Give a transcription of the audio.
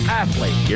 athlete